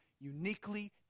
uniquely